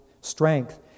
strength